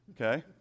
Okay